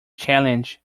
challenge